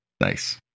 nice